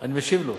אני משיב לו.